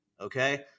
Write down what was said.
Okay